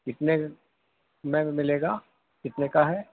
کتنے میں ملے گا کتنے کا ہے